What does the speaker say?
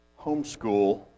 homeschool